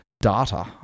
data